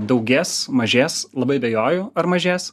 daugės mažės labai abejoju ar mažės